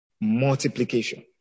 multiplication